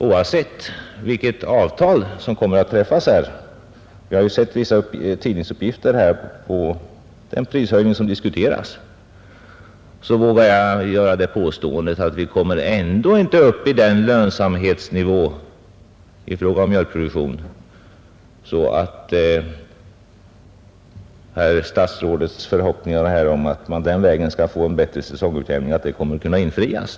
Oavsett vilket avtal som kommer att träffas — vi har ju sett vissa tidningsuppgifter om den prishöjning som diskuteras — vågar jag påstå att vi inte kan komma upp till en sådan lönsamhetsnivå när det gäller mjölkproduktionen att herr statsrådets förhoppningar att man den vägen skall kunna åstadkomma en bättre säsongutjämning kommer att kunna infrias.